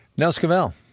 nell scovell.